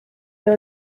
wir